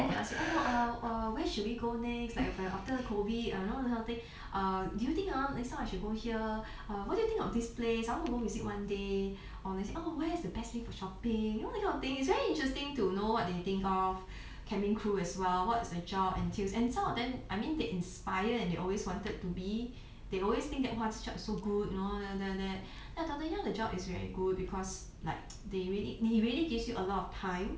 then they'll ask you oh err err where should we go next like after COVID a lot a lot of things err do you think ah next time I should go here what do you think of this place I want to go visit one day or where's the best place for shopping you know that kind of thing it's very interesting to know what they think of cabin crew as well what does the job entails and some of them I mean they inspire and they always wanted to be they always think that !wah! this job is so good you know like that like that then I tell them ya the job is very good because like they really really gives you a lot of time